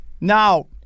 now